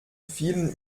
vielen